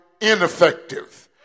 ineffective